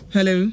Hello